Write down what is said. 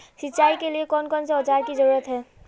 सिंचाई के लिए कौन कौन से औजार की जरूरत है?